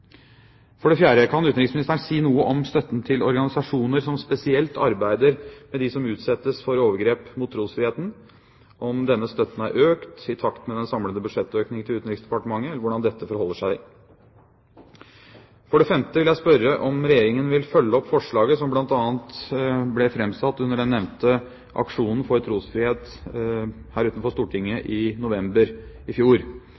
For det fjerde: Kan utenriksministeren si noe om hvorvidt støtten til organisasjoner som spesielt arbeider for dem som utsettes for overgrep mot trosfriheten, er økt i takt med den samlede budsjettøkningen til Utenriksdepartementet – hvordan dette forholder seg? For det femte vil jeg spørre om Regjeringen vil følge opp forslaget som bl.a. ble framsatt under den nevnte aksjonen for trosfrihet her utenfor Stortinget i november i fjor,